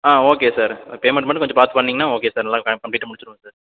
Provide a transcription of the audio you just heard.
ஆ okay sir payment மட்டும் கொஞ்சம் பார்த்து பண்ணிங்கனால் ஓகே சார் நல்லா கம்ப்ளீட்டாக முடிச்சுருவோம் சார்